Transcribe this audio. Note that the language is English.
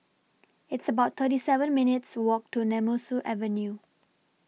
It's about thirty seven minutes' Walk to Nemesu Avenue